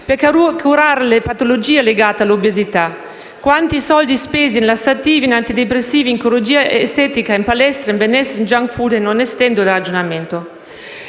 per curare le patologie legate all'obesità: quanti soldi spesi in lassativi, in antidepressivi, in chirurgia estetica, in palestra, in benessere, in *junk food* ! E non estendo il ragionamento.